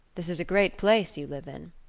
this is a great place you live in.